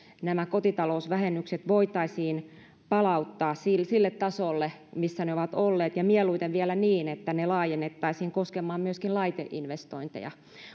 nämä kotitalousvähennykset voitaisiin palauttaa sille tasolle missä ne ovat olleet ja mieluiten vielä niin että ne laajennettaisiin koskemaan myöskin laiteinvestointeja